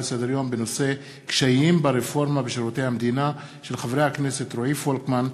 לסדר-יום של חברי הכנסת רועי פולקמן,